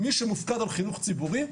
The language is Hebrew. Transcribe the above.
מי שמופקד על חינוך ציבורי,